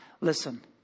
Listen